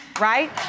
Right